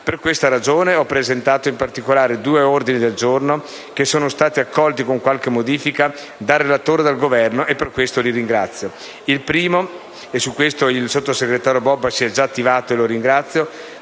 Per questa ragione ho presentato in particolare due ordini del giorno che sono stati accolti, con qualche modifica, dal relatore e dal Governo e per questo li ringrazio. Il primo - e su questo il sottosegretario Bobba si è già attivato e lo ringrazio